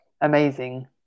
amazing